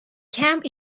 camp